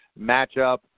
matchup